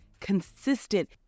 consistent